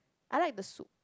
I like the soup